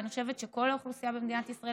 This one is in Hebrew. אני חושבת שכל האוכלוסייה במדינת ישראל